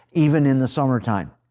even in the summertime.